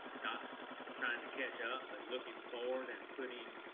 not trying to catch up but looking forward and putting,